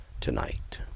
tonight